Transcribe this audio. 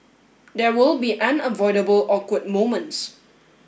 there will be unavoidable awkward moments